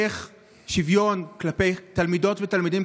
איך שוויון כלפי תלמידות ותלמידים